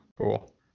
Cool